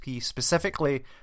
Specifically